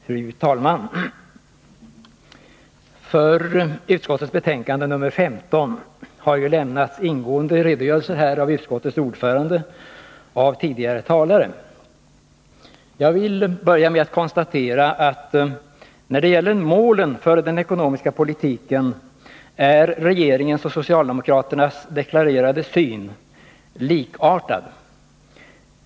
Fru talman! För utskottets betänkande nr 15 har ju här lämnats ingående redogörelser av utskottets ordförande och andra tidigare talare. Jag vill börja med att konstatera att när det gäller målen för den ekonomiska politiken är regeringens och socialdemokraternas deklarerade ståndpunkter likartade.